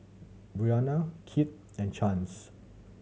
Brianna Kit and Chance